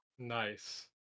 Nice